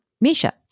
Misha